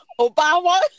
Obama